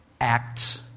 acts